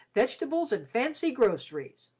vegetables and fancy groceries.